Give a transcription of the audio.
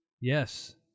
Yes